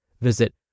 Visit